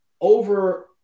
over